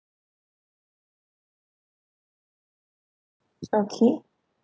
okay